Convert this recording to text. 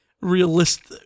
realistic